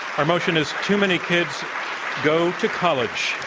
our motion is too many kids go to college.